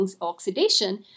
oxidation